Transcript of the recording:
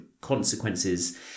consequences